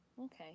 Okay